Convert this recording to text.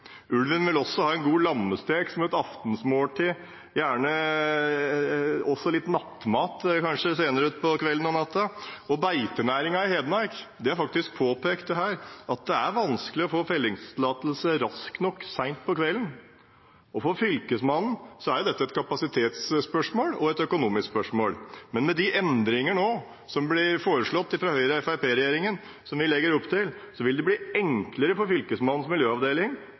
Ulven vil også ha en god lammestek som et aftensmåltid og gjerne også litt nattmat senere. Beitenæringen i Hedmark har faktisk påpekt at det er vanskelig å få fellingstillatelse raskt nok sent på kvelden. For Fylkesmannen er dette et kapasitetsspørsmål og et økonomisk spørsmål. Men med de endringer som Høyre–Fremskrittsparti-regjeringen nå legger opp til, vil det bli enklere for Fylkesmannens